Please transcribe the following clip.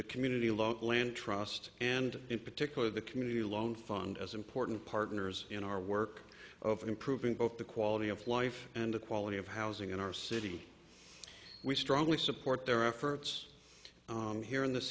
the community local land trust and in particular the community loan fund as important partners in our work of improving both the quality of life and the quality of housing in our city we strongly support their efforts on here in the